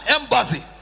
embassy